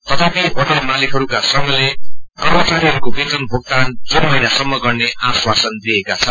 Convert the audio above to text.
तथापि होटल मालिकहरूका संषले कर्मचारीहरूको वेतन भुगतान जून महिनासम्प गर्ने आश्वासन दिएका छन्